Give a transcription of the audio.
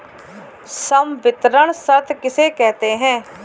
संवितरण शर्त किसे कहते हैं?